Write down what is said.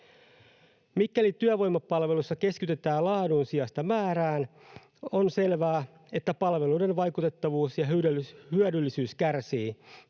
Mikäli työvoimapalveluissa keskitytään laadun sijasta määrään, on selvää, että palveluiden vaikuttavuus ja hyödyllisyys kärsii.